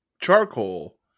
charcoal